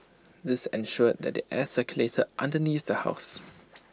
this ensured that the air circulated underneath the house